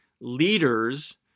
leaders